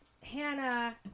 Hannah